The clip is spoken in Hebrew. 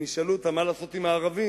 אם ישאלו אותם מה לעשות עם הערבים,